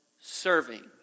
serving